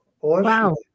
Wow